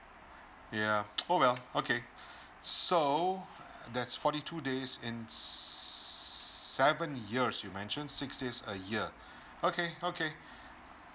yeah oh well okay so that's forty two days and seven years you mentioned six days a year okay okay